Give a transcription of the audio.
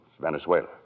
Venezuela